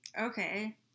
Okay